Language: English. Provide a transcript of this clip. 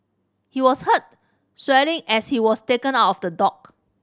he was heard swearing as he was taken out of the dock